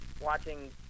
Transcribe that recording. watching